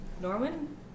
Norman